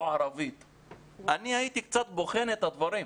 ערבית אני הייתי בוחן קצת את הדברים.